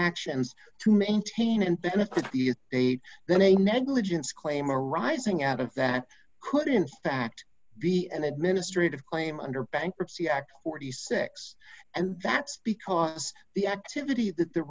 actions to maintain and then it could be a date then a negligence claim arising out of that could in fact be an administrative claim under bankruptcy act forty six dollars and that's because the activity that the